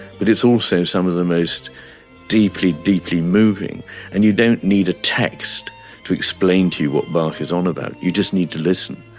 but it's also some of the most deeply, deeply moving and you don't need a text to explain to you what bach is on about, you just need to listen.